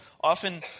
often